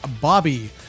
Bobby